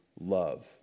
love